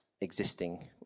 existing